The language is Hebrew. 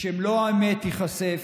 כשמלוא האמת תיחשף,